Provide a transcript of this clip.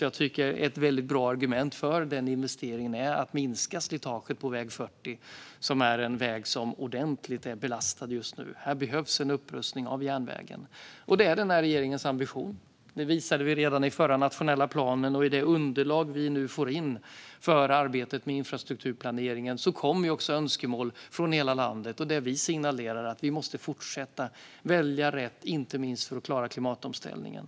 Jag tycker ett väldigt bra argument för denna investering är att minska slitaget på väg 40 som är en väg som är ordentligt belastad just nu. Det behövs en upprustning av järnvägen där. Detta är regeringens ambition. Det visade vi redan i den förra nationella planen. Och i det underlag som vi nu får in för arbetet med infrastrukturplaneringen kommer också önskemål från hela landet. Där signalerar vi att vi måste fortsätta att välja rätt, inte minst för att klara klimatomställningen.